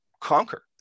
conquer